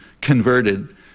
converted